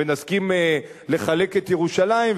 ונסכים לחלק את ירושלים,